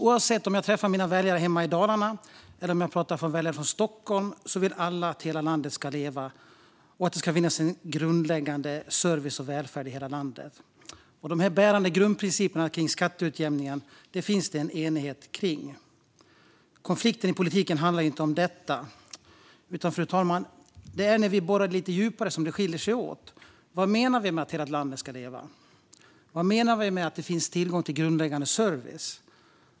Oavsett om jag träffar mina väljare hemma i Dalarna eller om jag pratar med väljare från Stockholm vill alla att hela landet ska leva och att det ska finnas grundläggande service och välfärd i hela landet. Dessa bärande grundprinciper kring skatteutjämningen finns det en enighet om. Konflikten i politiken handlar inte om detta. Fru talman! Det är när vi borrar lite djupare som det skiljer sig åt. Vad menar vi med att hela landet ska leva? Vad menar vi med att det finns tillgång till grundläggande service?